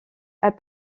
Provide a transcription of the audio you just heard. elle